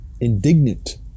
indignant